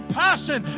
passion